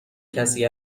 کسی